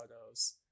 photos